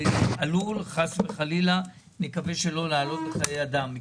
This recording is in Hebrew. זה עלול, חס וחלילה, לעלות בחיי אדם.